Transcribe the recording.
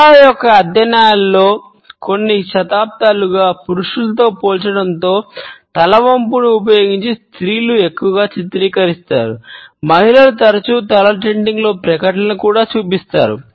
చిత్రాల యొక్క అధ్యయనాలలో గత కొన్ని శతాబ్దాలుగా పురుషులతో పోల్చడంలో తల వంపును కూడా చూపిస్తారు